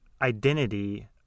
identity